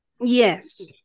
Yes